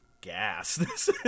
gas